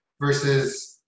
versus –